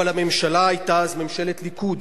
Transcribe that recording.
אבל הממשלה היתה אז ממשלת ליכוד,